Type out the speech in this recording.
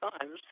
Times